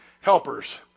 helpers